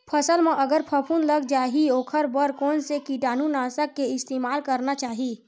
फसल म अगर फफूंद लग जा ही ओखर बर कोन से कीटानु नाशक के इस्तेमाल करना चाहि?